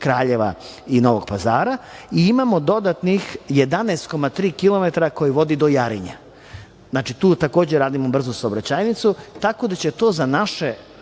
Kraljeva i Novog Pazara i imamo dodatnih 11,3 kilometra koji vodi do Jarinja. Znači, tu takođe radimo brzu saobraćajnicu, tako da će to za naše